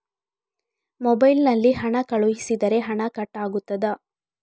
Mobile ನಲ್ಲಿ ಹಣ ಕಳುಹಿಸಿದರೆ ಹಣ ಕಟ್ ಆಗುತ್ತದಾ?